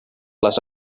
les